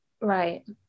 Right